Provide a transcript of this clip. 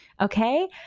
Okay